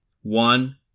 One